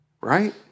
Right